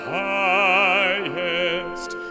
highest